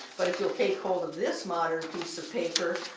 but if you'll take hold of this modern piece of paper,